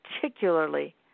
particularly